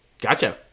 Gotcha